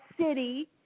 city